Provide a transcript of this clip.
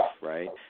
right